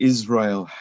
Israel